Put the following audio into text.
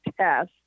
test